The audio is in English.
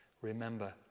remember